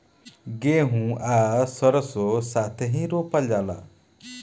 गेंहू आ सरीसों साथेही रोपल जाला